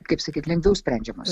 kaip sakyt lengviau sprendžiamos